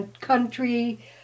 country